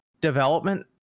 development